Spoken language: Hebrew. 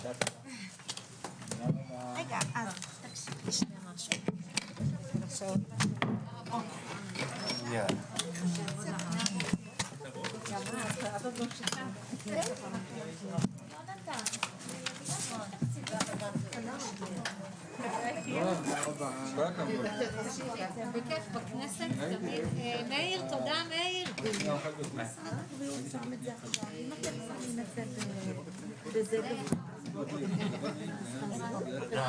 הישיבה ננעלה בשעה 14:42.